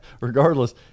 Regardless